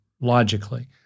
logically